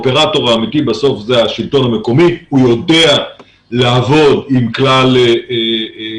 האופרטור האמיתי זה השלטון המקומי והוא יודע לעבוד עם כלל התושבים,